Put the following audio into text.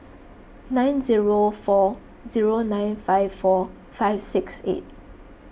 nine zero four zero nine five four five six eight